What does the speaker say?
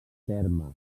terme